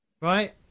Right